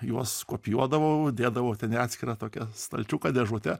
juos kopijuodavau dėdavau ten į atskirą tokią stalčiuką dėžutę